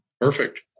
Perfect